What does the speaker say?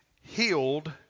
healed